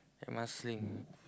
at Marsiling